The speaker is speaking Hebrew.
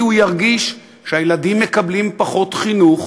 כי הוא ירגיש שהילדים מקבלים פחות חינוך,